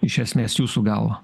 iš esmės jūsų galva